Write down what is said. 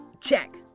Check